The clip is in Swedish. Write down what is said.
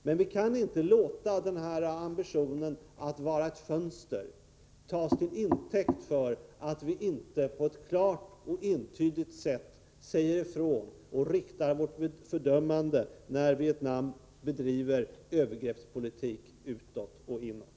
Men vi kan inte låta denna ambition tas till intäkt för att inte på ett klart och entydigt sätt säga ifrån och rikta vårt fördömande när Vietnam bedriver övergreppspolitik utåt och inåt.